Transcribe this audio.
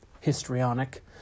histrionic